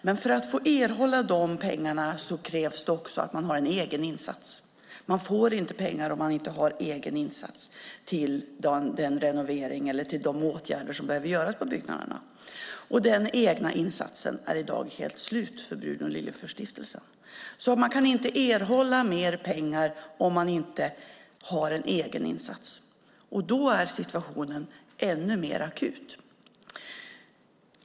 Men för att få erhålla dessa pengar krävs också att man har en egen insats. Man får inte pengar om man inte har en egen insats till den renovering eller de åtgärder som behöver göras på byggnaderna. Den egna insatsen är i dag helt slut för Bruno Liljefors-stiftelsen. Man kan alltså inte erhålla mer pengar om man inte har en egen insats. Därför är situationen ännu mer akut.